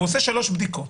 הוא עושה שלוש בדיקות.